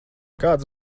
kāds